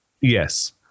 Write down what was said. Yes